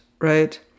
right